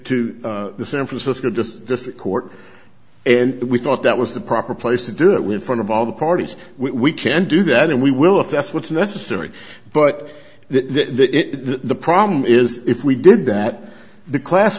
the san francisco just the court and we thought that was the proper place to do it with front of all the parties we can do that and we will if that's what's necessary but the problem is if we did that the class